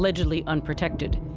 allegedly unprotected.